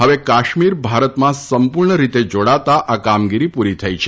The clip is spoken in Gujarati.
હવે કાશ્મીર ભારતમાં સંપૂર્ણરીતે જાડાતાં આ કામગીરી પૂરી થઇ છે